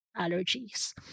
allergies